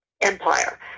empire